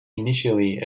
initially